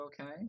okay